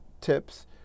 tips